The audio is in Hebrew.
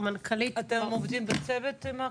אתם עובדים בצוות עם הקק"ל?